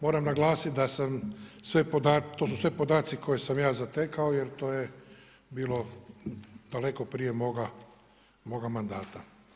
Moram naglasiti da su to sve podaci koje sam ja zatekao jer to je bilo daleko prije moga mandata.